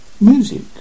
Music